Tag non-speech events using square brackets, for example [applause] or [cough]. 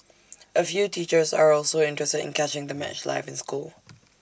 A few teachers are also interested in catching the match live in school [noise]